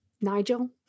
Nigel